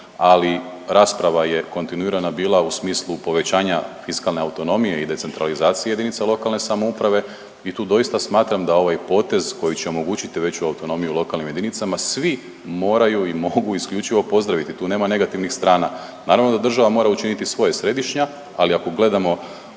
ali rasprava je kontinuirana bila u smislu povećanja fiskalne autonomije i decentralizacije jedinica lokalne samouprave i tu doista smatram da ovaj potez koji će omogućiti veću autonomiju lokalnim jedinicama svi moraju i mogu isključivo pozdraviti. Tu nema negativnih strana. Naravno da država mora učiniti svoje središnja, ali ako gledamo